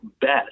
best